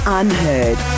unheard